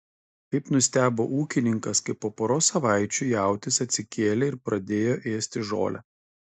kaip nustebo ūkininkas kai po poros savaičių jautis atsikėlė ir pradėjo ėsti žolę